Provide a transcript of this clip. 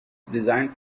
designed